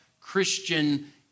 Christian